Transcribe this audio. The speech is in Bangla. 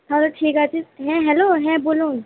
তাহলে ঠিক আছে হ্যাঁ হ্যালো হ্যাঁ বলুন